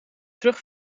terug